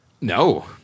No